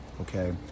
Okay